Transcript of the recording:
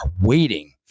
waiting